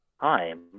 time